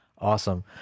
Awesome